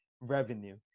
revenue